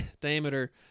diameter